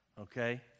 okay